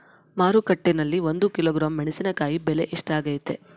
ಮಾರುಕಟ್ಟೆನಲ್ಲಿ ಒಂದು ಕಿಲೋಗ್ರಾಂ ಮೆಣಸಿನಕಾಯಿ ಬೆಲೆ ಎಷ್ಟಾಗೈತೆ?